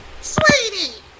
Sweetie